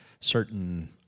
certain